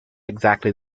exactly